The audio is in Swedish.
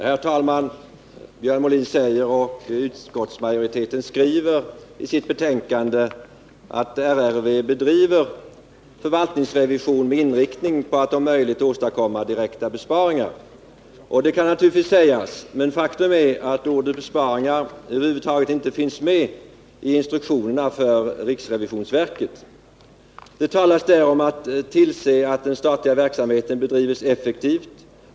Herr talman! Björn Molin säger och utskottsmajoriteten skriver i sitt betänkande att RRV bedriver förvaltningsrevision med inriktning på att om möjligt åstadkomma direkta besparingar. Det kan naturligtvis sägas. Men faktum är att ordet besparingar över huvud taget inte finns med i instruktionen för riksrevisionsverket. Det talas där om att tillse att den statliga verksamheten bedrivs effektivt.